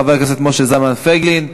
חבר הכנסת משה זלמן פייגלין.